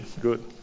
Good